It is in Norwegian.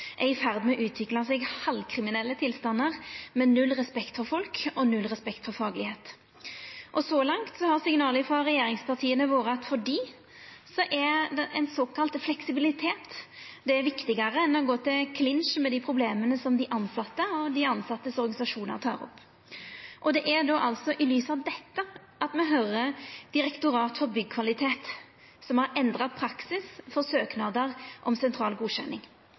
er i ferd med å utvikla seg halvkriminelle tilstandar med null respekt for folk og null respekt for fagkunnskap. Så langt har signalet frå regjeringspartia vore at for dei er ein sokalla fleksibilitet viktigare enn å gå i klinsj med problema som dei tilsette og organisasjonane deira tek opp. Det er i lys av dette me høyrer at Direktoratet for byggkvalitet har endra praksis for søknader om sentral godkjenning.